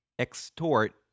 extort